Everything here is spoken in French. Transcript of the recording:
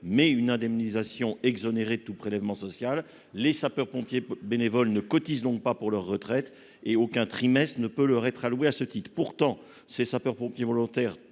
mais une indemnisation exonérée de tout prélèvement social. Les sapeurs-pompiers bénévoles ne cotisent donc pas pour leur retraite, et aucun trimestre ne peut leur être alloué à ce titre. Pourtant, les sapeurs-pompiers volontaires,